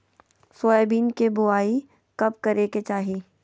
Soybean के बुआई कब करे के चाहि?